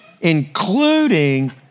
including